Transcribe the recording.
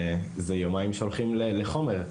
אלו יומיים שהולכים לחומר.